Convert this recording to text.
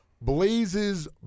Blaze's